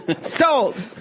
Sold